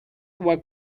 were